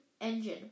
engine